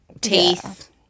teeth